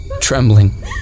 trembling